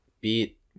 beat